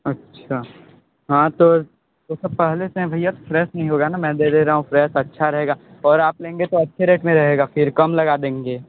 अच्छा हाँ तो जैसे पहले से ही भैया फ्रेश नहीं होगा ना मैं दे रहा हूँ फ्रेश अच्छा रहेगा और आप लेंगे तो अच्छे रेट में रहेगा फिर कम लगा देंगे